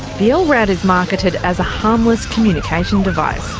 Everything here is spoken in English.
the lrad is marketed as a harmless communication device.